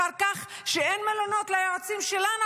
אחר כך אין מלונות ליועצים שלנו,